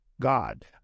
God